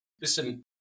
listen